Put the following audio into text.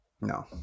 No